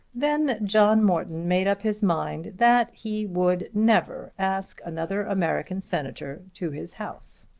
then john morton made up his mind that he would never ask another american senator to his house.